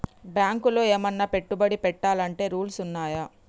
బ్యాంకులో ఏమన్నా పెట్టుబడి పెట్టాలంటే రూల్స్ ఉన్నయా?